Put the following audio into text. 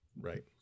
right